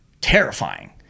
terrifying